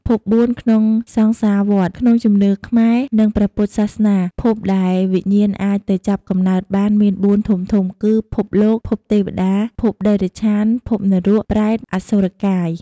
ភព៤ក្នុងសង្សារវដ្ដ ក្នុងជំនឿខ្មែរ និងព្រះពុទ្ធសាសនា ភពដែលវិញ្ញាណអាចទៅចាប់កំណើតបានមាន៤ធំៗគឺ ភពមនុស្ស ភពទេវតា ភពតិរច្ឆាន ភពនរក ប្រេត អសុរកាយ។